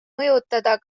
mõjutada